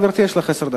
גברתי, יש לך עשר דקות.